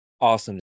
Awesome